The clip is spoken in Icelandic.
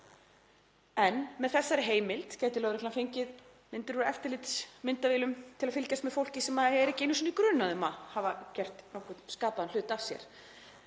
en með þessari heimild gæti lögreglan fengið myndir úr eftirlitsmyndavélum til að fylgjast með fólki sem er ekki einu sinni grunað um að hafa gert nokkurn skapaðan hlut af sér